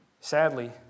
sadly